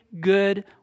good